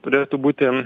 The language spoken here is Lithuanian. turėtų būti